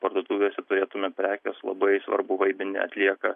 parduotuvėse turėtume prekės labai svarbų vaidmenį atlieka